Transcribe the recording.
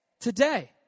today